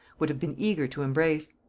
would have been eager to embrace.